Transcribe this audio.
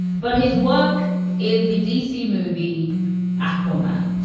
but his work in the dc movie aquaman.